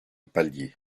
palier